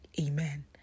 amen